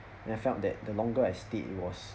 and I felt that the longer I stayed it was